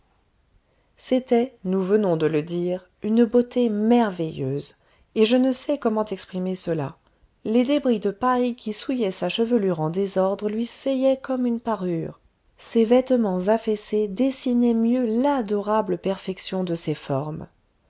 c'était nous venons de le dire une beauté merveilleuse et je ne sais comment exprimer cela les débris de paille qui souillaient sa chevelure en désordre lui seyaient comme une parure ses vêtements affaissés dessinaient mieux l'adorable perfection de ses formes